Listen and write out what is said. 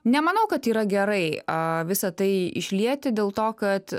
nemanau kad yra gerai a visa tai išlieti dėl to kad